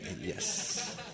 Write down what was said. Yes